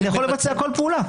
אני יכול לבצע כל פעולה.